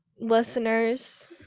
listeners